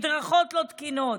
מדרכות לא תקינות.